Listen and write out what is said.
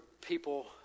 people